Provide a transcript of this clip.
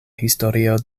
historio